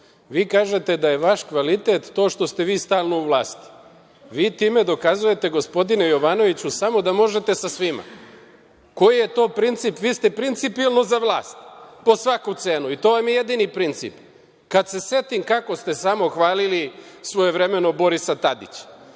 kažete da je vaš kvalitet to što ste vi stalno u vlasti. Vi time dokazujete, gospodine Jovanoviću, samo da možete sa svima. Koji je to princip? Vi ste principijelno za vlast, po svaku cenu i to vam je jedini princip. Kada se setim kako ste samo hvalili svojevremeno Borisa Tadića,